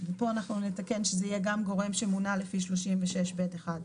פה אנחנו נתקן שזה יהיה לפי סעיף 36 ב'1.